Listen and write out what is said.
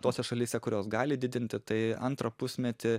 tose šalyse kurios gali didinti tai antrą pusmetį